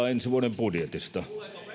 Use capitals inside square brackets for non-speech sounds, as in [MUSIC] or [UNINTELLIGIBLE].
[UNINTELLIGIBLE] ensi vuoden budjetista